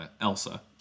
Elsa